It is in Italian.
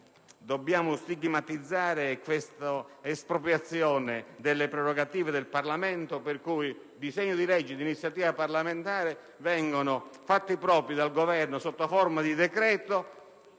dobbiamo stigmatizzare è l'espropriazione delle prerogative del Parlamento per cui disegni di legge d'iniziativa parlamentare vengono fatti propri dal Governo, sotto forma di decreto,